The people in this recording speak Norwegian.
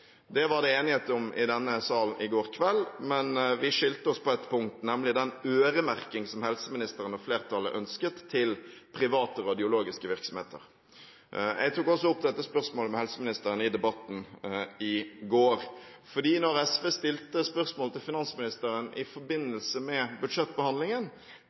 Det var det enighet om i denne sal i går kveld. Men vi skilte oss på et punkt, nemlig den øremerkingen som helseministeren og flertallet ønsket til private radiologiske virksomheter. Jeg tok også opp dette spørsmålet med helseministeren i debatten i går. Da SV stilte spørsmål til finansministeren i forbindelse med budsjettbehandlingen,